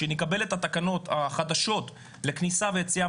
כשנקבל את התקנות החדשות לכניסה ויציאה